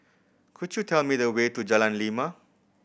could you tell me the way to Jalan Lima